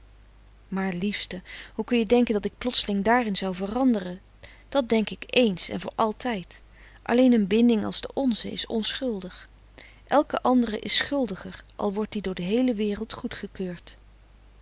maar liefste hoe kun je denke dat ik plotseling daarin zou veranderen dat denk ik ééns en voor altijd alleen een binding als de onze is onschuldig elke andere is schuldiger al wordt die door de heele wereld goedgekeurd